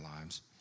lives